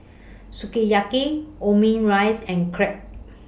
Sukiyaki Omurice and Crepe